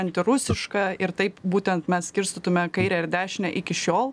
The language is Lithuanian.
antirusiška ir taip būtent mes skirstytume kairę ir dešinę iki šiol